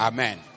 Amen